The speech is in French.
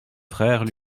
frères